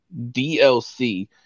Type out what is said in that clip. DLC